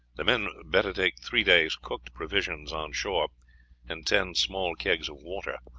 the men better take three days' cooked provisions on shore and ten small kegs of water,